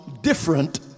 different